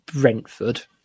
Brentford